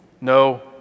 No